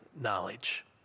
knowledge